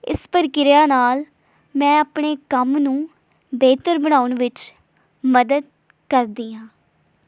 ਇਸ ਪ੍ਰਕਿਰਿਆ ਨਾਲ ਮੈਂ ਆਪਣੇ ਕੰਮ ਨੂੰ ਬਿਹਤਰ ਬਣਾਉਣ ਵਿੱਚ ਮਦਦ ਕਰਦੀ ਹਾਂ